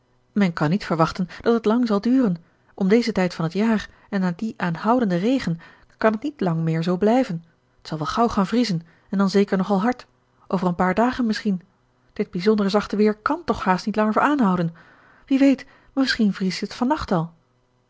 men kan niet verwachten dat het lang zal duren om dezen tijd van het jaar en na dien aanhoudenden regen kan het niet lang meer zoo blijven t zal wel gauw gaan vriezen en dan zeker nog al hard over een paar dagen misschien dit bijzonder zachte weer kàn toch haast niet langer aanhouden wie weet misschien vriest het van nacht al